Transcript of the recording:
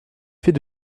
fait